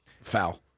Foul